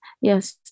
Yes